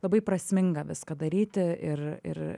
labai prasminga viską daryti ir ir